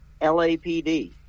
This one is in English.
LAPD